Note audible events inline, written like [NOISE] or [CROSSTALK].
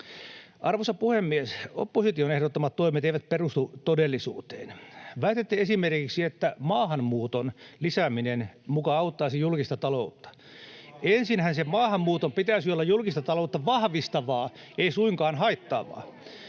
Arvoisa puhemies! Opposition ehdottamat toimet eivät perustu todellisuuteen. Väitettiin esimerkiksi, että maahanmuuton lisääminen muka auttaisi julkista taloutta. [NOISE] Ensinhän sen maahanmuuton pitäisi olla julkista taloutta vahvistavaa, ei suinkaan haittaavaa.